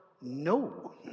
no